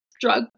drug